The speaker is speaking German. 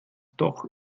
doch